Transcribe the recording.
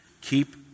keep